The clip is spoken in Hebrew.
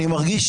אני מרגיש